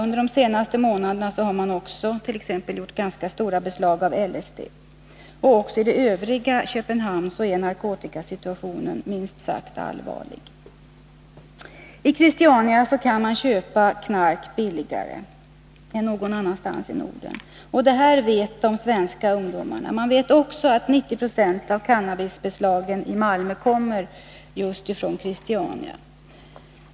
Under de senaste månaderna har man t.ex. också gjort ganska stora beslag av LSD. Också i det övriga Köpenhamn är narkotikasituationen minst sagt allvarlig. I Christiania kan man köpa knark billigare än någon annanstans i Norden. Detta vet de svenska ungdomarna. 90 20 av cannabisbeslagen i Malmö kommer just från Christiania.